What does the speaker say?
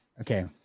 Okay